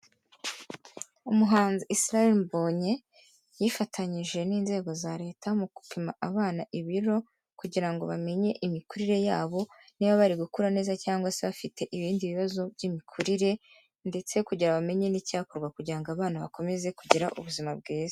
Umuhanzi Israel Mbonyi yifatanyije n'inzego za Leta mu gupima abana ibiro kugira ngo bamenye imikurire yabo niba bari gukura neza cyangwa se bafite ibindi bibazo by'imikurire ndetse kugira bamenye n'icyakorwa kugira ngo abana bakomeze kugira ubuzima bwiza.